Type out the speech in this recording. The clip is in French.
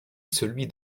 celui